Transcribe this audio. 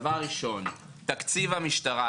לגבי תקציב המשטרה,